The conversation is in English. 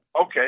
Okay